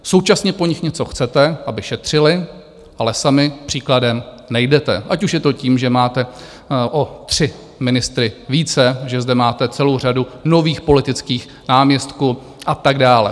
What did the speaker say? Současně po nich něco chcete aby šetřili, ale sami příkladem nejdete, ať už je to tím, že máte o tři ministry více, že zde máte celou řadu nových politických náměstků a tak dále.